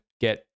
get